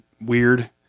weird